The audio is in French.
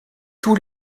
tous